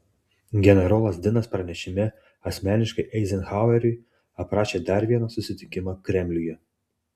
generolas dinas pranešime asmeniškai eizenhaueriui aprašė dar vieną susitikimą kremliuje